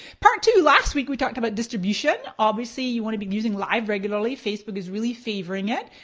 part two last week we talked about distribution. obviously you want to be using live regularly. facebook is really favorite it.